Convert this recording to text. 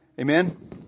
Amen